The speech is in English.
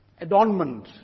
Adornment